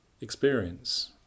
experience